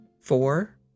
Four